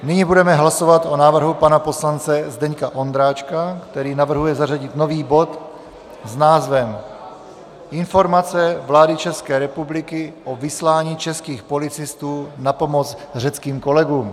Nyní budeme hlasovat o návrhu pana poslance Zdeňka Ondráčka, který navrhuje zařadit nový bod s názvem Informace vlády České republiky o vyslání českých policistů na pomoc řeckým kolegům...